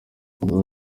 yagize